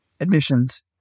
admissions